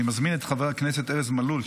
אני מזמין את חבר הכנסת ארז מלול,